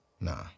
nah